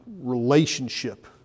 Relationship